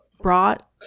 brought